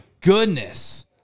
goodness